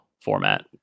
format